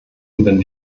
wenn